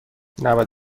نود